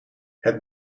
het